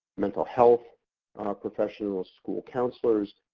mental health professionals, school counselors,